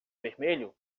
vermelho